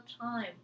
time